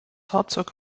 fahrzeug